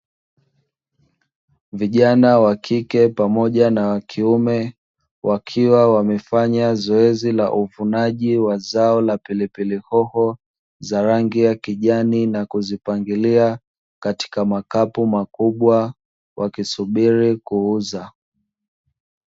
vijana wa kiume pamoja na wa kike wakiwa wamefanya zoezi la uvunaji wa pilipili hoho za rangi ya kijani, na kuzipangilia katika makapu makubwa wakisubiri kuuza.